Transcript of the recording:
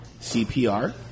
CPR